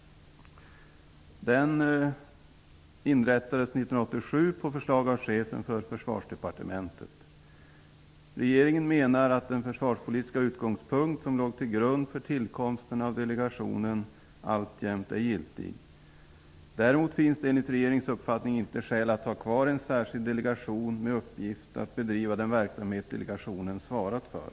Den inrättades 1987 på förslag av chefen för Försvarsdepartementet. Regeringen menar att den försvarspolitiska utgångspunkt som låg till grund för tillkomsten av delegationen alltjämt är giltig. Däremot finns det enligt regeringens uppfattning inte skäl att ha kvar en särskild delegation med uppgift att bedriva den verksamhet delegationen svarat för.